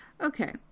Okay